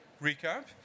recap